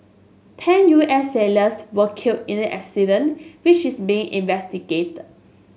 ten U S sailors were killed in the accident which is being investigated